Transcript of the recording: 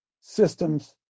systems